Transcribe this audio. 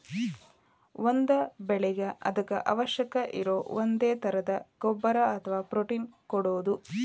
ಒಂದ ಬೆಳಿಗೆ ಅದಕ್ಕ ಅವಶ್ಯಕ ಇರು ಒಂದೇ ತರದ ಗೊಬ್ಬರಾ ಅಥವಾ ಪ್ರೋಟೇನ್ ಕೊಡುದು